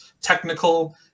technical